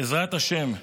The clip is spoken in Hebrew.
בעזרת השם,